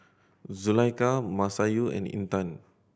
Zulaikha Masayu and Intan